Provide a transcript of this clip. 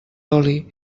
oli